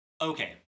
Okay